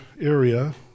area